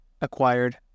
acquired